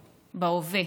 בהווה,